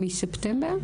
מספטמבר?